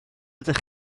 ydych